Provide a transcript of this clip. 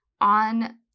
on